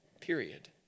period